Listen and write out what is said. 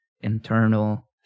internal